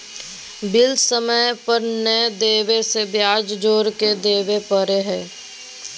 bill समय पर नयय देबे से ब्याज जोर के देबे पड़ो हइ